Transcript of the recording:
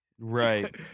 right